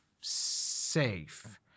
safe